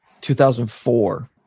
2004